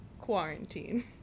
Quarantine